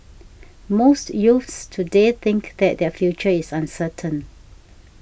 most youths today think that their future is uncertain